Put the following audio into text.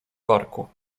parku